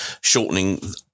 shortening